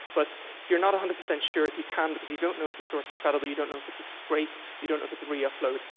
but you're not one hundred percent sure if you can because you don't know if the source is credible. you don't know if it's a scrape. you don't know if it's a re-upload.